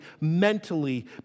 mentally